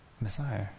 Messiah